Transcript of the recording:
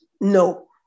No